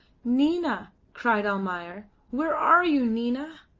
nina! cried almayer. where are you, nina?